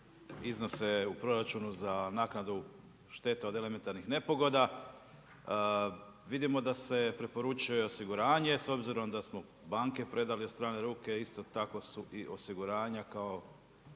iznose u proračunu za naknadu šteta od elementarnih nepogoda. Vidimo da se preporučuje osiguranje s obzirom da smo banke predali u strane ruke a isto tako su i osiguranja kao